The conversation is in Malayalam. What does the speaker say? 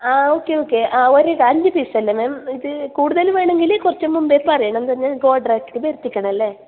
ആ ഓക്കെ ഓക്കെ ആ ഒരു അഞ്ച് പീസല്ലേ മാം ഇത് കൂടുതൽ വേണമെങ്കിൽ കുറച്ച് മുമ്പേ പറയണം എന്തെന്നാൽ ഓർഡർ ആക്കിയിട്ട് ബെര്ത്തിക്കണല്ലേ